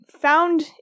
found